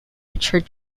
richard